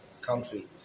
country